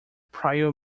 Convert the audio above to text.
prior